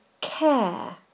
care